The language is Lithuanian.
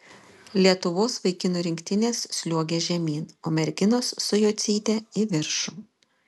lietuvos vaikinų rinktinės sliuogia žemyn o merginos su jocyte į viršų